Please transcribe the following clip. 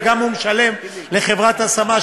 וגם הוא משלם לחברת השמה,